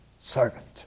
servant